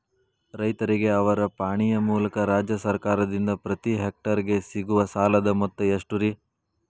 ರೈತರಿಗೆ ಅವರ ಪಾಣಿಯ ಮೂಲಕ ರಾಜ್ಯ ಸರ್ಕಾರದಿಂದ ಪ್ರತಿ ಹೆಕ್ಟರ್ ಗೆ ಸಿಗುವ ಸಾಲದ ಮೊತ್ತ ಎಷ್ಟು ರೇ?